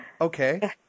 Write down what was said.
Okay